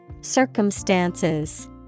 Circumstances